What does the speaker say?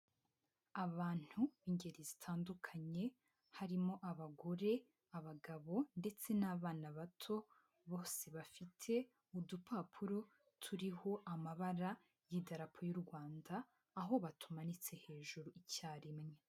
Abantu b'ingeri zitandukanye harimo: abagore, abagabo ndetse n'abana bato, bose bafite udupapuro turiho amabara y'idarapo y'u Rwanda aho batumanitse hejuru icyarimwe.